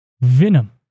venom